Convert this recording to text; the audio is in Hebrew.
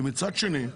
מצד שני,